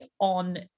on